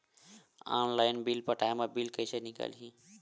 Online bill पटाय मा bill कइसे निकलही?